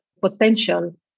potential